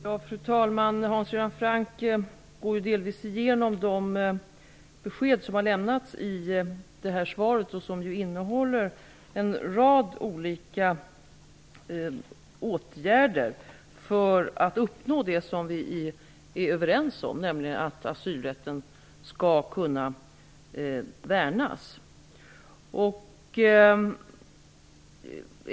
Fru talman! Hans Göran Franck gick delvis igenom de besked som har lämnats i svaret. De innehåller en rad olika åtgärder för att uppnå det som vi är överens om, nämligen att asylrätten skall kunna värnas.